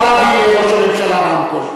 נא להביא לראש הממשלה רמקול.